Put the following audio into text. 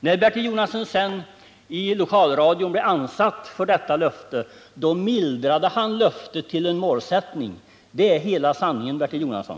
När Bertil Jonasson sedan i lokalradion blev ansatt för detta löfte mildrade han löftet till en målsättning. Det är hela sanningen, Bertil Jonasson.